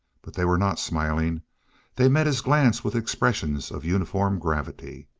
but they were not smiling they met his glance with expressions of uniform gravity.